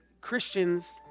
Christians